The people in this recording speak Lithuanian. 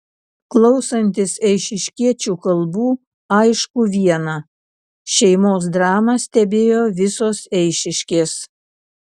klausantis eišiškiečių kalbų aišku viena šeimos dramą stebėjo visos eišiškės